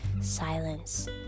silence